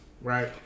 right